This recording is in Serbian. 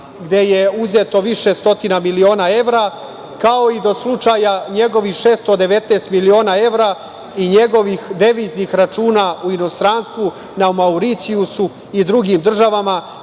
gde je uzeto više stotina miliona evra, kao i do slučaja njegovih 619 miliona evra i njegovih deviznih računa u inostranstvu na Mauricijusu i drugim državama,